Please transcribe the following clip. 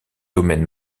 domaine